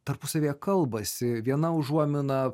tarpusavyje kalbasi viena užuomina